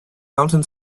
mountain